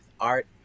art